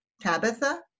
Tabitha